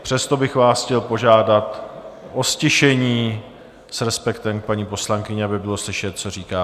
Přesto bych vás chtěl požádat o ztišení s respektem k paní poslankyni, aby bylo slyšet, co říká.